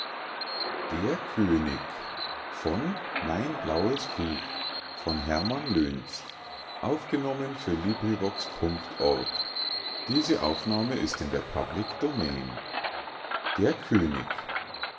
der könig das war der junge könig der könig